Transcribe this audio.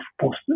post